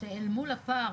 שאל מול הפער,